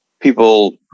People